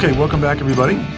welcome back everybody.